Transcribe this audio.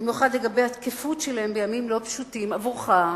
ובמיוחד לגבי התקפות שלהם בימים לא פשוטים עבורך,